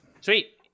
sweet